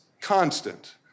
constant